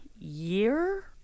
year